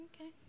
Okay